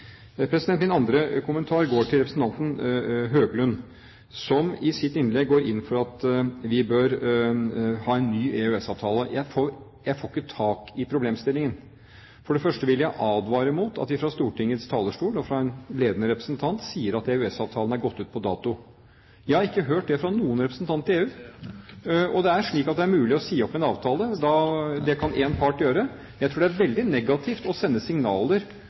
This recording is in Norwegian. Min andre kommentar går til representanten Høglund, som i sitt innlegg går inn for at vi bør ha en ny EØS-avtale. Jeg får ikke tak i problemstillingen. Jeg vil advare mot at det fra Stortingets talerstol, og fra en ledende representant, sies at EØS-avtalen har gått ut på dato. Jeg har ikke hørt det fra noen representant i EU. Det er slik at det er mulig å si opp en avtale, det kan én part gjøre. Jeg tror det er veldig negativt å sende signaler